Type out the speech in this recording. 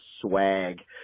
swag